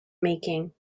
making